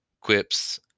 quips